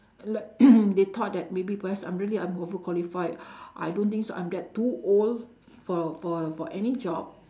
like they thought that maybe perhaps I'm really I'm over-qualified I don't think so I'm that too old for for for any job